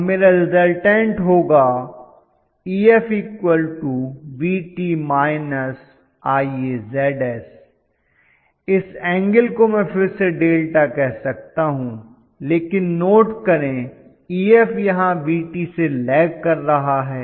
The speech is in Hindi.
अब मेरा रिज़ल्टन्ट होगा EfVt −IaZs इस एंगल को मैं फिर से δ कह सकता हूं लेकिन नोट करें Ef यहां Vt से लैग कर रहा है